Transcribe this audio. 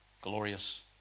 glorious